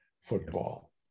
football